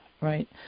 Right